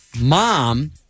mom